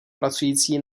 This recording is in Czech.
pracující